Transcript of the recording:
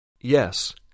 Yes